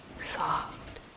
soft